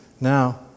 now